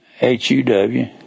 H-U-W